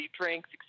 drinks